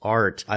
art